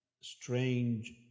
strange